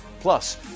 plus